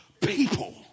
people